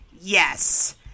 yes